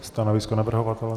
Stanovisko navrhovatele?